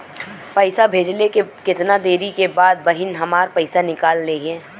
पैसा भेजले के कितना देरी के बाद बहिन हमार पैसा निकाल लिहे?